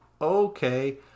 Okay